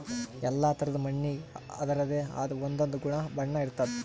ಎಲ್ಲಾ ಥರಾದ್ ಮಣ್ಣಿಗ್ ಅದರದೇ ಆದ್ ಒಂದೊಂದ್ ಗುಣ ಬಣ್ಣ ಇರ್ತದ್